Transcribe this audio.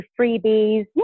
freebies